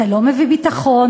אתה לא מביא ביטחון,